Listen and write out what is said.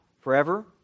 forever